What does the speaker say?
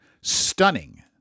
stunning